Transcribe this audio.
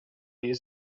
rayon